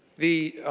the